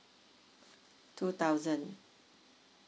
two thousand